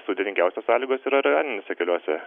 sudėtingiausios sąlygos yra rajoniniuose keliuose